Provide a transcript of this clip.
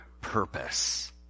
purpose